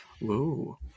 Whoa